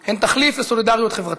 הם תחליף לסולידריות חברתית.